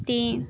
तीन